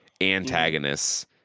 antagonists